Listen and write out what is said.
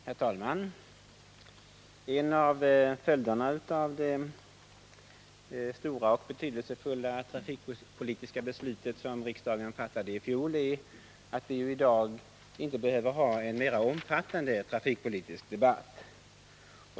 Herr talman! En av följderna av det stora och betydelsefulla trafikpolitiska beslut som riksdagen fattade i fjol är att vi i dag inte behöver ha en mer omfattande trafikpolitisk debatt.